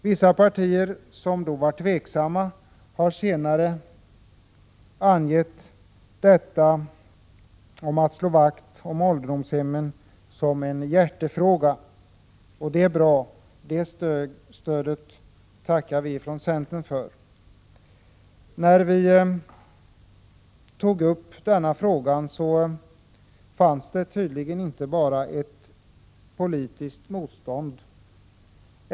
Vissa partier som då var tveksamma har senare angett detta att slå vakt om ålderdomshemmen som en hjärtefråga. Det är bra. Det stödet tackar vi från centern för. När vi tog upp den här frågan fanns det tydligen inte bara ett politiskt motstånd.